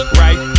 right